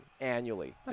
annually